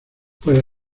pues